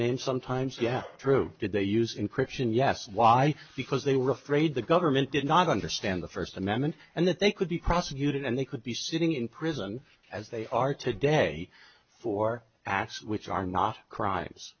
name sometimes yeah true did they use encryption yes why because they were afraid the government did not understand the first amendment and that they could be prosecuted and they could be sitting in prison as they are today for acts which are not crimes